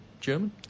German